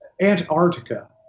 Antarctica